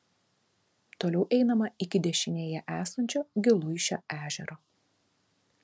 toliau einama iki dešinėje esančio giluišio ežero